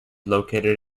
located